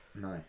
No